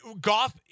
Goff